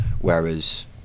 whereas